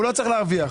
הוא לא צריך להרוויח.